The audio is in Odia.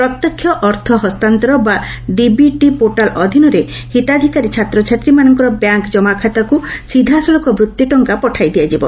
ପ୍ରତ୍ୟକ୍ଷ ଅର୍ଥ ହସ୍ତାନ୍ତର ବା ଡିବିଟି ପୋର୍ଟାଲ୍ ଅଧୀନରେ ହିତାଧିକାରୀ ଛାତ୍ରଛାତ୍ରୀମାନଙ୍କ ବ୍ୟାଙ୍କ୍ ଜମାଖାତାକୁ ସିଧାସଳଖ ବୃତ୍ତି ଟଙ୍କା ପଠାଇ ଦିଆଯିବ